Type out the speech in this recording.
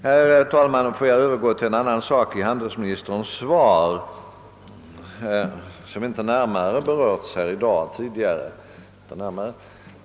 Herr talman! Jag övergår till en annan sak i handelsministerns svar, som inte närmare berörts här i dag tidigare.